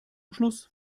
schluss